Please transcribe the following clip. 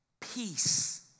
peace